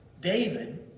David